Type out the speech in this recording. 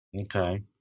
Okay